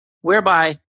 whereby